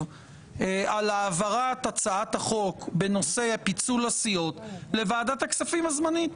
על העברת הצעת החוק בנושא פיצול הסיעות לוועדת הכספים הזמנית.